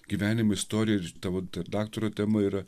gyvenimo istoriją ir tavo daktaro tema yra